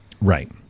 Right